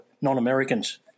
non-Americans